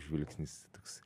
žvilgsnis toks